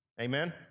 Amen